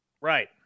Right